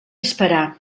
esperar